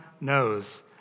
knows